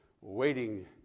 waiting